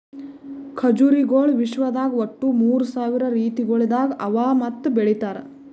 ಖಜುರಿಗೊಳ್ ವಿಶ್ವದಾಗ್ ಒಟ್ಟು ಮೂರ್ ಸಾವಿರ ರೀತಿಗೊಳ್ದಾಗ್ ಅವಾ ಮತ್ತ ಬೆಳಿತಾರ್